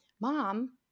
mom